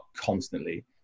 constantly